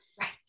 Right